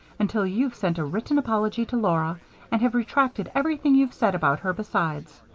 until you've sent a written apology to laura and have retracted everything you've said about her, besides.